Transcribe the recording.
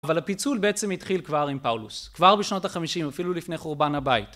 אבל הפיצול בעצם התחיל כבר עם פאולוס. כבר בשנות ה-50, אפילו לפני חורבן הבית.